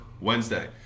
Wednesday